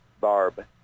Barb